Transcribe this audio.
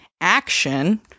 action